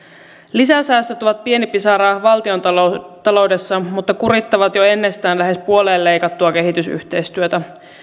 lisäsäästöt ovat pieni pisara valtiontaloudessa mutta kurittavat jo ennestään lähes puoleen leikattua kehitysyhteistyötä